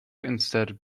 instead